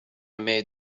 made